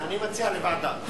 אני מציע לוועדה.